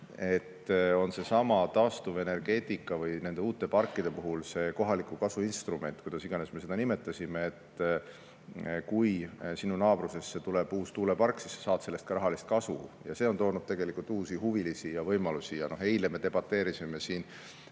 –, on sellesama taastuvenergeetika või uute parkide puhul see kohaliku kasvu instrument või kuidas iganes me seda nimetasime. Ehk kui sinu naabrusesse tuleb uus tuulepark, siis sa saad sellest ka rahalist kasu. See on toonud uusi huvilisi ja võimalusi. Eile me debateerisime siin